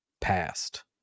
past